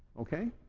okay?